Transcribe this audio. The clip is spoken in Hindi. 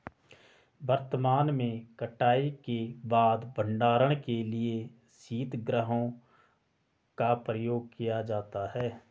वर्तमान में कटाई के बाद भंडारण के लिए शीतगृहों का प्रयोग किया जाता है